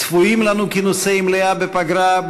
צפויים לנו כינוסי מליאה בפגרה.